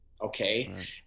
Okay